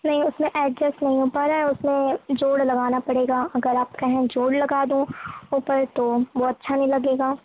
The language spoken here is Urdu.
نہیں اس میں ایڈجسٹ نہیں ہو پا رہا ہے اس میں جوڑ لگانا پڑے گا اگر آپ کہیں جوڑ لگا دوں اوپر تو وہ اچھا نہیں لگے گا